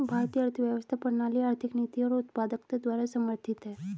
भारतीय अर्थव्यवस्था प्रणाली आर्थिक नीति और उत्पादकता द्वारा समर्थित हैं